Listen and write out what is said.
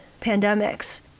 pandemics